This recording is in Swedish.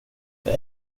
jag